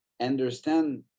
understand